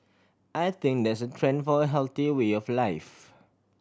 I think there's a trend for a healthier way of life